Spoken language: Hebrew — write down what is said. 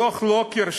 דוח לוקר,